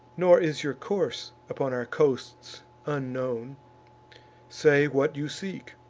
nor is your course upon our coasts unknown say what you seek,